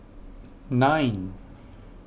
nine